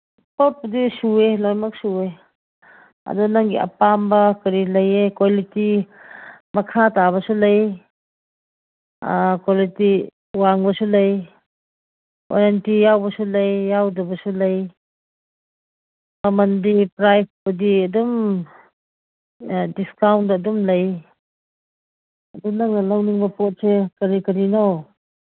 ꯄꯣꯠꯄꯨꯗꯤ ꯁꯨꯏꯌꯦ ꯂꯣꯏꯃꯛ ꯁꯨꯏꯌꯦ ꯑꯗꯨ ꯅꯪꯒꯤ ꯑꯄꯥꯝꯕ ꯀꯔꯤ ꯂꯩꯌꯦ ꯀ꯭ꯋꯥꯂꯤꯇꯤ ꯃꯈꯥ ꯇꯥꯕꯁꯨ ꯀ꯭ꯋꯥꯂꯤꯇꯤ ꯋꯥꯡꯕꯁꯨ ꯂꯩ ꯋꯔꯦꯟꯇꯤ ꯌꯥꯎꯕꯁꯨ ꯂꯩ ꯌꯥꯎꯗꯕꯁꯨ ꯂꯩ ꯃꯃꯟꯗꯤ ꯄ꯭ꯔꯥꯏꯁꯄꯨꯗꯤ ꯑꯗꯨꯝ ꯗꯤꯁꯀꯥꯎꯟꯗ ꯑꯗꯨꯝ ꯂꯩ ꯑꯗꯨ ꯅꯪꯅ ꯂꯧꯅꯤꯡꯕ ꯄꯣꯠꯁꯦ ꯀꯔꯤ ꯀꯔꯤꯅꯣ